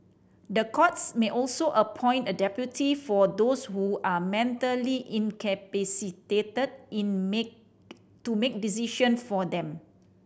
the courts may also appoint a deputy for those who are mentally incapacitated in to make decision for them